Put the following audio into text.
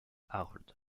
harold